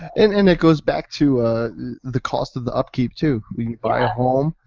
and and it goes back to the cost of the up keep too. when you buy a home,